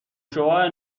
شعاع